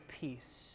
peace